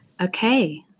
Okay